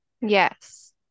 yes